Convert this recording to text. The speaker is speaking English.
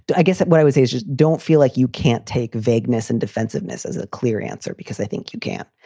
but i guess what i would say is just don't feel like you can't take vagueness and defensiveness as a clear answer, because i think you can.